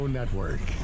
Network